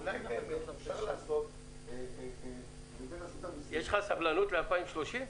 אולי באמת אפשר לעשות --- יש לך סבלנות עד 2030?